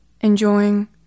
enjoying